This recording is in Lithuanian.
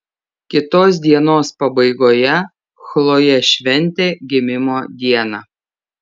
kitos dienos pabaigoje chlojė šventė gimimo dieną